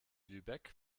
lübeck